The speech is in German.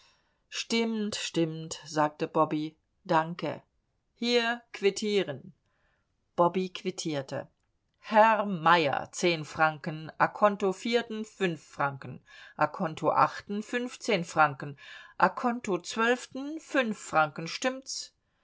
stimmt stimmt sagte bobby danke hier quittieren bobby quittierte herr meyer zehn franken a conto vierten fünf franken a conto achten fünfzehn franken a conto zwölften fünf franken stimmt's